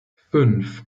fünf